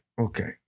okay